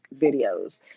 videos